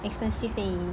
expensive